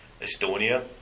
Estonia